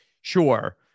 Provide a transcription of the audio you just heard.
sure